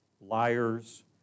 liars